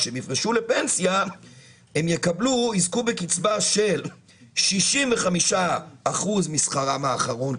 כשהם יפרשו לפנסיה הם יזכו בקצבה של 65% משכרם האחרון,